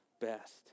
best